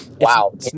Wow